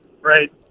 Right